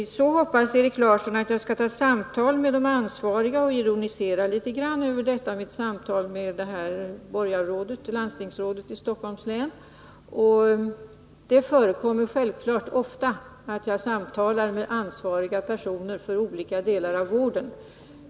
Erik Larsson hoppas att jag skall föra samtal med de ansvariga, och han ironiserar litet över mitt samtal med landstingsrådet i Stockholms län. Det förekommer självfallet ofta att jag samtalar med personer som är ansvariga för olika delar av vården.